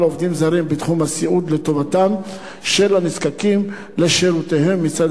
עובדים זרים בתחום הסיעוד לטובתם של הנזקקים לשירותיהם מצד